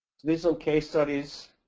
these are case studies.